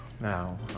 Now